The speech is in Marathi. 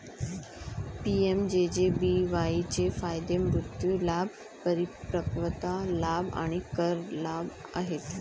पी.एम.जे.जे.बी.वाई चे फायदे मृत्यू लाभ, परिपक्वता लाभ आणि कर लाभ आहेत